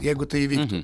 jeigu tai įvyktų